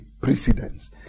precedence